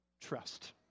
trust